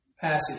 passage